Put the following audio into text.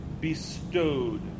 bestowed